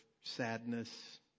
sadness